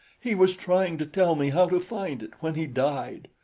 he was trying to tell me how to find it when he died.